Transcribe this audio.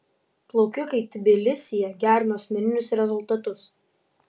plaukikai tbilisyje gerino asmeninius rezultatus